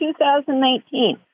2019